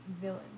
villain